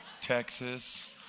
Texas